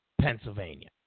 Pennsylvania